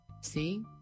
See